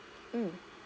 mm